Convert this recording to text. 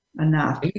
enough